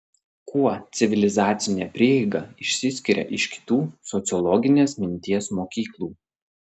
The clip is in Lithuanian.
kuo civilizacinė prieiga išsiskiria iš kitų sociologinės minties mokyklų